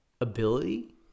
ability